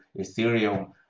Ethereum